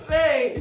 Hey